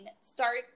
start